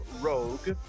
Rogue